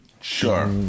sure